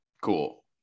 cool